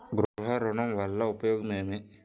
గృహ ఋణం వల్ల ఉపయోగం ఏమి?